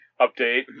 update